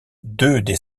des